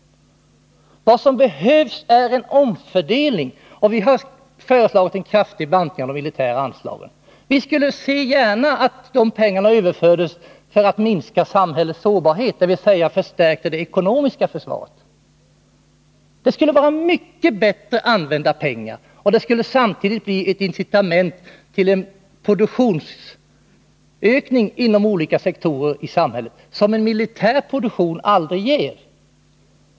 Vad som behövs är en omfördelning. Vi har föreslagit en kraftig bantning av de militära anslagen. Vi skulle gärna se att de pengarna överfördes på ett sådant sätt att samhällets sårbarhet minskade, dvs. så att man förstärkte det ekonomiska försvaret. Det skulle vara mycket bättre använda pengar, och det skulle samtidigt bli ett incitament till en produktionsökning inom olika sektorer i samhället, vilket en militär produktion aldrig ger.